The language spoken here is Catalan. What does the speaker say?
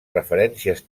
referències